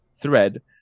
thread